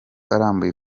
arambuye